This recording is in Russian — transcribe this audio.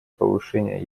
повышения